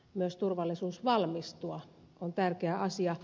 myös turvallisuus valmistua on tärkeä asia